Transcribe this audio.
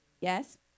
yes